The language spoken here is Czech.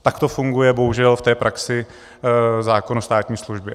Takto funguje bohužel v té praxi zákon o státní službě.